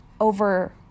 over